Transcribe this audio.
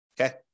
Okay